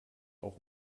auch